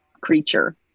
creature